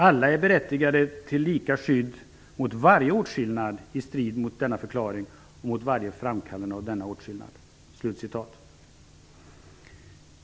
Alla är berättigade till lika skydd mot varje åtskillnad i strid med denna förklaring och mot varje framkallande av denna åtskillnad."